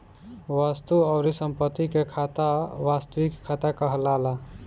वस्तु अउरी संपत्ति के खाता वास्तविक खाता कहलाला